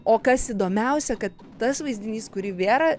o kas įdomiausia kad tas vaizdinys kurį vėra